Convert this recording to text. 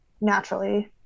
naturally